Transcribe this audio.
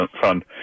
Fund